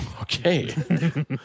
Okay